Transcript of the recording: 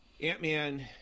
Ant-Man